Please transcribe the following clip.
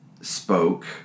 spoke